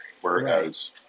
Whereas